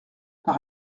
par